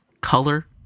color